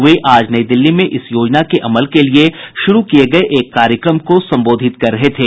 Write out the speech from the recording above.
वे आज नई दिल्ली में इस योजना के अमल के लिए शुरू किए गए एक कार्यक्रम को संबोधित कर रहे थे